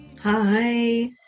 Hi